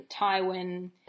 Tywin